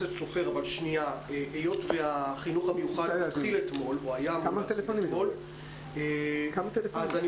היות והחינוך המיוחד היה אמור להתחיל אתמול אז אני